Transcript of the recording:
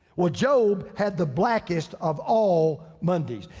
well job had the blackest of all mondays.